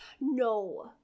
No